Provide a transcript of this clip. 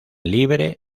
libre